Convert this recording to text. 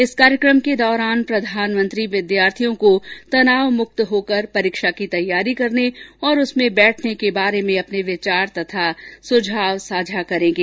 इस कार्यक्रम के दौरान प्रधानमंत्री विद्यार्थियों को तनाव मुक्त होकर परीक्षा की तैयारी करने और उसमें बैठने के बारे में अपने विचार तथा सुझाव साझा करेंगे